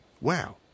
Wow